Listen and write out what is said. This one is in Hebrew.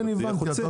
הבנתי.